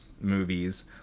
movies